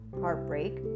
heartbreak